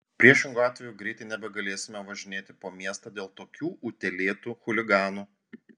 priešingu atveju greitai nebegalėsime važinėti po miestą dėl tokių utėlėtų chuliganų